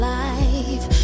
life